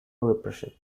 repression